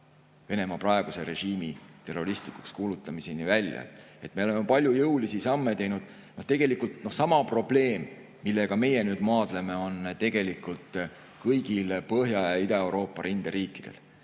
Venemaa praeguse režiimi terroristlikuks kuulutamiseni välja. Me oleme palju jõulisi samme teinud. Sama probleem, millega meie maadleme, on tegelikult kõigil Põhja‑ ja Ida-Euroopa rinderiikidel,